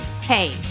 Hey